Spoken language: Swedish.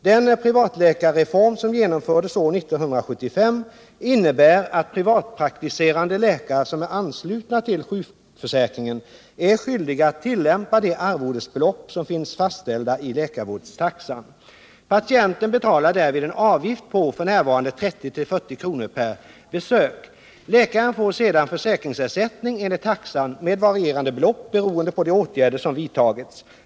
Den privatläkarreform som genomfördes år 1975 innebär att privatpraktiserande läkare som är anslutna till sjukförsäkringen är skyldiga att tillämpa de arvodesbelopp som finns fastställda i läkarvårdstaxan. Patienten betalar därvid en avgift på f.n. 30-40 kr. per besök. Läkaren får sedan försäkringsersättning enligt taxan med varierande belopp beroende på de åtgärder som vidtagits.